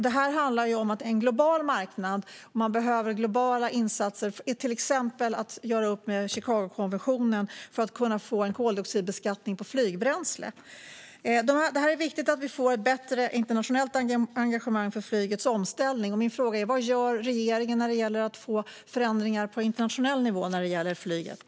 Detta handlar om att det är en global marknad och att man behöver globala insatser - till exempel behöver man göra upp med Chicagokonventionen för att kunna få en koldioxidbeskattning på flygbränsle. Det är viktigt att vi får ett bättre internationellt engagemang för flygets omställning. Min fråga är: Vad gör regeringen när det gäller att få till förändringar på internationell nivå när det gäller flyget?